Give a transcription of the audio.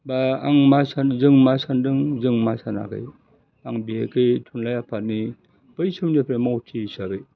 बा आं मा सानो जों मा सानदों जों मा सानाखै आं बिहेखै थुनलाइ आफादनि बै समनिफ्राय मावथि हिसाबै